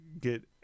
get